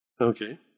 Okay